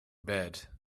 bed